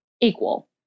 equal